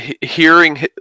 hearing